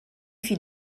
fit